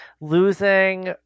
losing